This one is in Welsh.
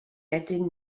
ydyn